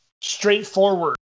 Straightforward